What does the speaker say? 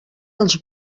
els